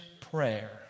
prayer